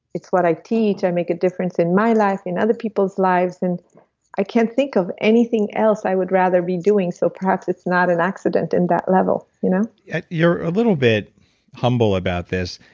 it's what i teach. i make a difference in my life in other people's lives, and i can't think of anything else i would rather be doing, so perhaps it's not an accident in that level you know you're a little bit humble about this.